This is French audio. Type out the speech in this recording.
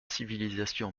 civilisation